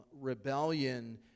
rebellion